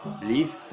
belief